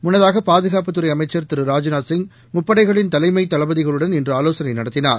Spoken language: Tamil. முன்னதாக பாதுகாப்புத்துறை அமைச்ச் திரு ராஜ்நாத்சிய் முப்படைகளின் தலைமை தளபதிகளுடன் இன்று ஆலோசனை நடத்தினார்